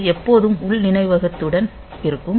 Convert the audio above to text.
இது எப்போதும் உள் நினைவகத்துடன் இருக்கும்